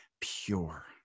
pure